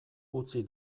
utzi